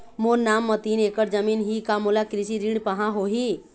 मोर नाम म तीन एकड़ जमीन ही का मोला कृषि ऋण पाहां होही?